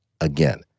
again